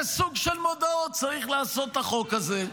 סוג של מודעות צריך לעשות את החוק הזה.